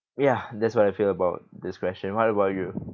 ya that's what I feel about this question what about you